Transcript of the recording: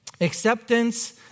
Acceptance